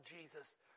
Jesus